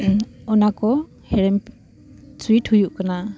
ᱚᱱᱟ ᱠᱚ ᱦᱮᱲᱮᱢ ᱥᱩᱭᱤᱴ ᱦᱩᱭᱩᱜ ᱠᱟᱱᱟ